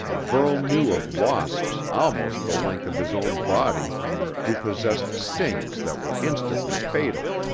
burl knew of wasps almost the length of his own body who possessed stings that were instantly fatal.